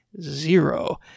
zero